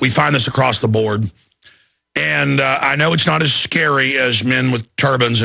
we find it across the board and i know it's not as scary as men with turbans